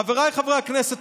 חבריי חברי הכנסת,